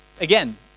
Again